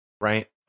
right